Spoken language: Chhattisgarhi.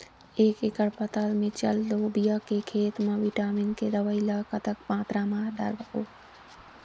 एक एकड़ पताल मिरचा लोबिया के खेत मा विटामिन के दवई ला कतक मात्रा म डारबो?